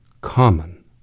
common